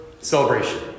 celebration